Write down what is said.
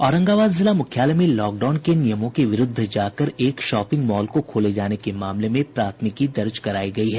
औरंगाबाद जिला मुख्यालय में लॉकडाउन के नियमों के विरूद्ध जाकर एक शॉपिंग मॉल को खोले जाने के मामले में प्राथमिकी दर्ज करायी गयी है